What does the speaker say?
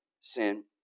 sin